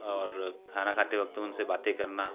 और खाना खाते वक़्त उनसे बातें करना